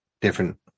different